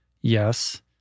Yes